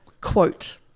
quote